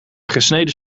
gesneden